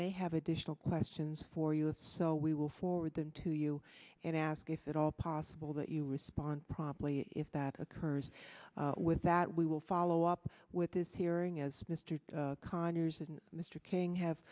may have additional questions for you so we will forward them to to you and ask if at all possible that you respond promptly if that occurs with that we will follow up with this hearing as mr conyers and mr king have